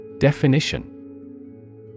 Definition